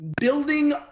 building